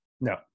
No